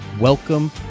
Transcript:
Welcome